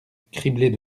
criblés